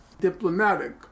diplomatic